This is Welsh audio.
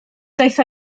daeth